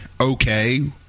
okay